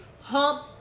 Hump